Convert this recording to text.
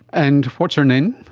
and what's her name?